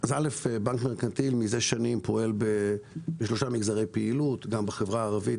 בנק מרכנתיל מזה שנים פועל בשלושה מגזרי פעילות: גם בחברה הערבית,